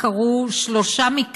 אני חושבת שאתה זוכר,